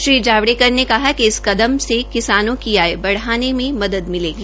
श्री जावड़ेक्कर ने कहा क इस कदम से किसानों की आय बढ़ाने में मदद मिलेगी